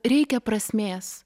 reikia prasmės